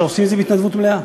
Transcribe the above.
שעושות את זה בהתנדבות מלאה.